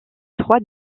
trois